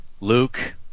Luke